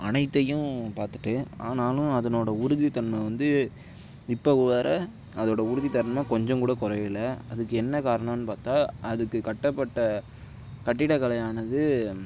அனைத்தையும் பார்த்துட்டு ஆனாலும் அதனோட உறுதித்தன்மை வந்து இப்போ வர அதோட உறுதித்தன்மை கொஞ்சங்கூட குறையில அதுக்கு என்ன காரணம்ன்னு பார்த்தா அதுக்கு கட்டப்பட்ட கட்டிடக் கலையானது